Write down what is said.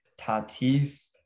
Tatis